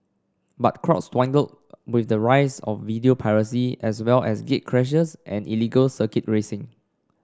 but crowds dwindled with the rise of video piracy as well as gatecrashers and illegal circuit racing